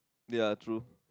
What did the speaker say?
ya true